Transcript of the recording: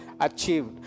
achieved